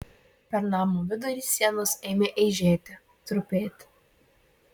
per namo vidurį sienos ėmė eižėti trupėti